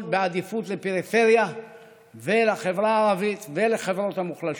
עם עדיפות לפריפריה ולחברה הערבית ולחברות המוחלשות,